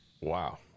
wow